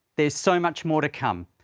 there's so much more to come.